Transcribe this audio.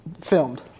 filmed